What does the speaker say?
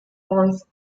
fourth